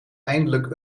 eindelijk